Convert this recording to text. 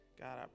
God